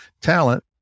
talent